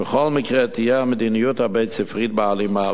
"בכל מקרה תהיה המדיניות הבית-ספרית בהלימה."